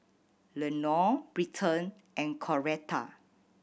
Lenore Britton and Coretta